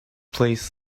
placed